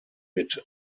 mit